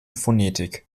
phonetik